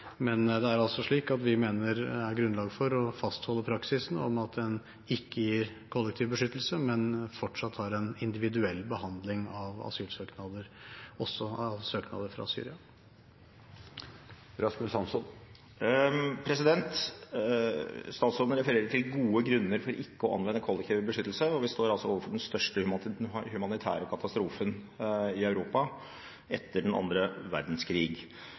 Men det er altså slik at vi mener det er grunnlag for å fastholde praksisen om at en ikke gir kollektiv beskyttelse, men fortsatt har en individuell behandling av asylsøknader, også av søknader fra Syria. Statsråden refererer til gode grunner for ikke å anvende kollektiv beskyttelse. Vi står overfor den største humanitære katastrofen i Europa etter den andre verdenskrig,